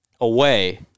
away